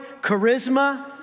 charisma